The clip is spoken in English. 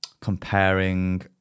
comparing